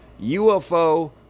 UFO